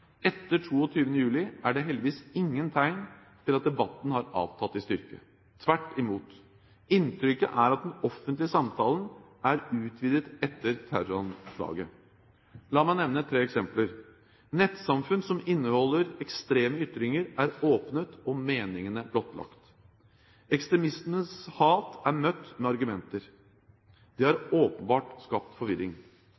Etter 22. juli er det heldigvis ingen tegn til at debatten har avtatt i styrke, tvert imot. Inntrykket er at den offentlige samtalen er utvidet etter terroranslaget. La meg nevne tre eksempler. Det første er at nettsamfunn som inneholder ekstreme ytringer, er åpnet og meningene blottlagt. Ekstremistenes hat er møtt med argumenter. Det har